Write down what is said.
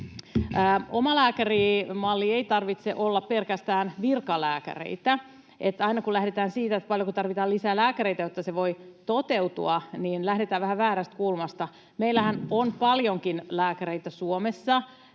Omalääkärimallissa ei tarvitse olla pelkästään virkalääkäreitä. Aina kun lähdetään siitä, paljonko tarvitaan lisää lääkäreitä, jotta se voi toteutua, niin lähdetään vähän väärästä kulmasta. Meillähän on paljonkin lääkäreitä Suomessa